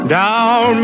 down